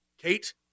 Kate